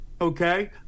Okay